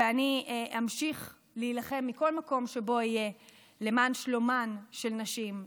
ואני אמשיך להילחם מכל מקום שבו אהיה למען שלומן של נשים,